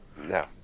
No